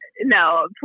No